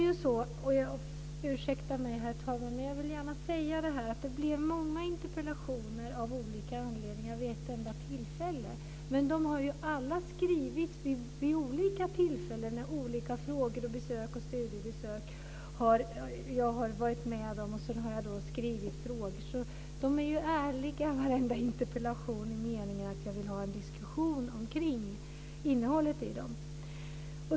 Jag ursäktar mig, herr talman, men jag vill gärna säga att det blir många interpellationer av olika anledningar vid ett enda tillfälle, men de har alla skrivits vid olika tillfällen efter olika frågor, besök och studiebesök som jag har varit med om. Sedan har jag skrivit frågor. De är ärliga varenda interpellation i meningen att jag vill ha en diskussion kring innehållet i dem.